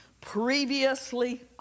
previously